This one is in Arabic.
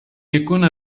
يكون